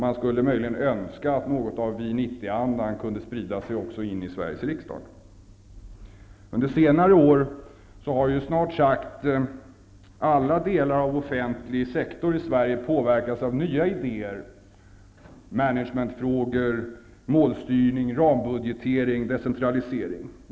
Man skulle möjligen önska att något av VI 90-andan kunde sprida sig också in i Under senare år har snart sagt alla delar av offentlig sektor i Sverige påverkats av nya idéer kring management, målstyrning, rambudgetering och decentralisering.